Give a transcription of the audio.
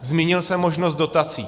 Zmínil jsem možnost dotací.